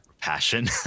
passion